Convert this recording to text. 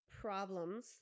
problems